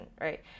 right